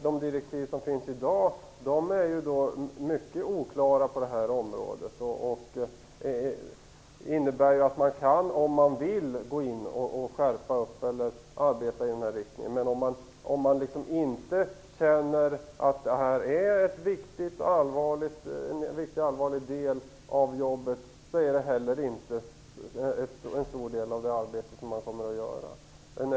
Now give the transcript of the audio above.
De direktiv som i dag finns på det här området är mycket oklara och innebär att man, om man så vill, kan arbeta i den här riktningen. Men om man inte känner att det här är en viktig och angelägen del av arbetet, kommer man inte heller att inrikta sig så mycket på det.